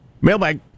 Mailbag